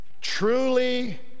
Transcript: Truly